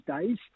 days